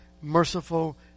merciful